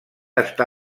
està